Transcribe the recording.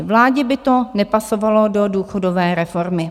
Vládě by to nepasovalo do důchodové reformy.